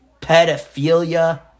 pedophilia